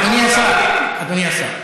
אדוני השר,